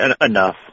enough